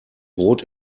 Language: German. rot